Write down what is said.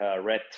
red